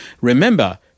Remember